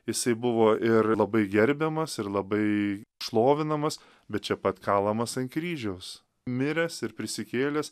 jisai buvo ir labai gerbiamas ir labai šlovinamas bet čia pat kalamas ant kryžiaus miręs ir prisikėlęs